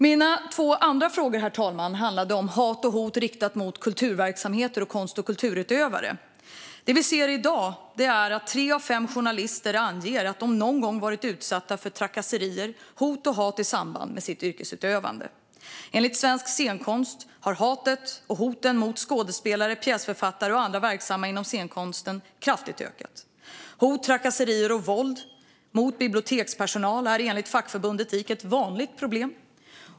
Mina andra två frågor, herr talman, handlade om hat och hot riktat mot kulturverksamheter och konst och kulturutövare. Det vi ser i dag är att tre av fem journalister anger att de någon gång har varit utsatta för trakasserier samt hot och hat i samband med sitt yrkesutövande. Enligt Svensk Scenkonst har hatet och hoten mot skådespelare, pjäsförfattare och andra verksamma inom scenkonsten kraftigt ökat. Hot, trakasserier och våld mot bibliotekspersonal är enligt fackförbundet Dik ett vanligt problem.